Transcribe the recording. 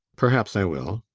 perhaps i will.